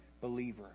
believer